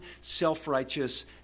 self-righteous